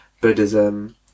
Buddhism